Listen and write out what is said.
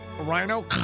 rhino